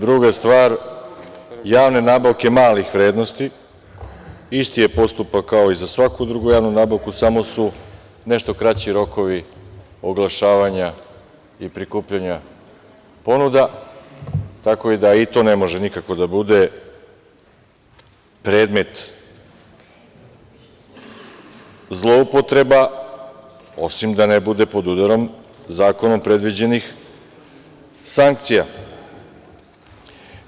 Druga stvar, javne nabavke malih vrednosti, isti je postupak kao i za svaku drugu javnu nabavku, samo su nešto kraći rokovi oglašavanja i prikupljanja ponuda, tako da i to ne može nikako da bude predmet zloupotreba, osim da ne bude pod udarom zakonom predviđenih sankcija.